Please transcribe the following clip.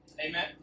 Amen